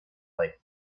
like